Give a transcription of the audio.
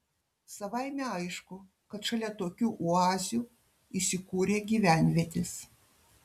savaime aišku kad šalia tokių oazių įsikūrė gyvenvietės